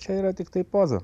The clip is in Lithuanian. čia yra tiktai poza